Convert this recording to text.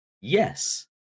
Yes